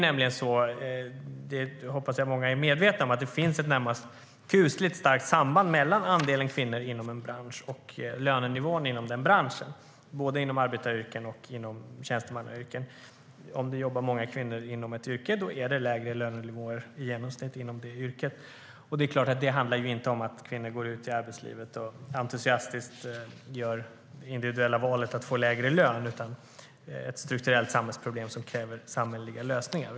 Jag hoppas att många är medvetna om att det finns ett närmast kusligt starkt samband mellan andelen kvinnor inom en bransch och lönenivån inom denna bransch, både inom arbetaryrken och inom tjänstemannayrken. Om det jobbar många kvinnor inom ett yrke är det lägre lönenivåer i genomsnitt inom detta yrke. Det handlar såklart inte om att kvinnor går ut i arbetslivet och entusiastiskt gör det individuella valet att få lägre lön, utan det är ett strukturellt samhällsproblem som kräver samhälleliga lösningar.